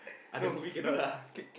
other movie cannot lah